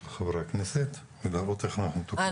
של חברי הכנסת, ולראות איך אנחנו תוקפים את הנושא.